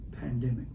pandemic